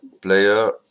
player